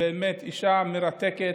באמת אישה מרתקת,